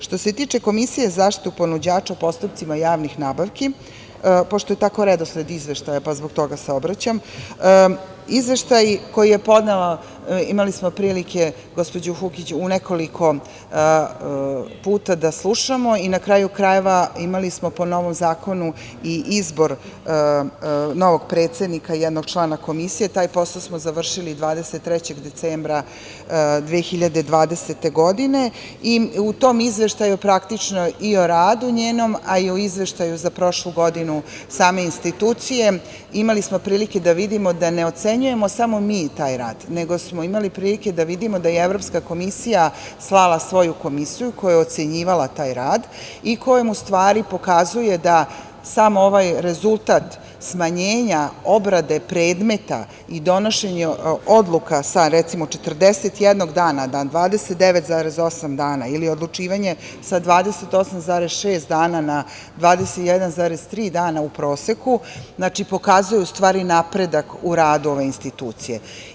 Što se tiče Komisije za zaštitu ponuđača u postupcima javnih nabavki, pošto je tako redosled Izveštaja, pa zbog toga se obraćam, Izveštaj koji je podnela, imali smo prilike gospođu Fukić u nekoliko puta da slušamo i, na kraju krajeva, imali smo po novom zakonu i izbor novog predsednika i jednog člana Komisije, taj posao smo završili 23. decembra 2020. godine i u tom Izveštaju, praktično i o radu njenom, a i o Izveštaju za prošlu godinu same institucije imali smo prilike da vidimo da ne ocenjujemo samo mi taj rad, nego smo imali prilike da vidimo da je i Evropska komisija slala svoju Komisiju koja je ocenjivala taj rad i kojom u stvari pokazuje da samo ovaj rezultat smanjenja obrade predmeta i donošenje odluka sa, recimo, 41. dana na 29,8 dana ili odlučivanje sa 28,6 dana na 21,3 dana u proseku, pokazuju napredak u radu ove institucije.